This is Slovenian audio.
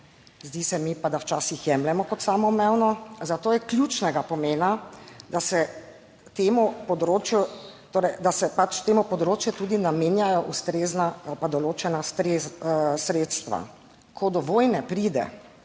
Zdi se mi pa, da včasih jemljemo kot samoumevno, zato je ključnega pomena, da se temu področju, torej da se pač temu področju tudi namenjajo ustrezna ali pa določena sredstva. Ko do vojne pride,